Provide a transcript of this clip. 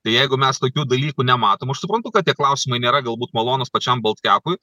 tai jeigu mes tokių dalykų nematom aš suprantu kad tie klausimai nėra galbūt malonūs pačiam baltkiapui